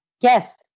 Yes